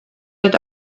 that